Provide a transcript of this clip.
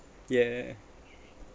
yeah